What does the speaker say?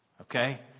Okay